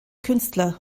künstler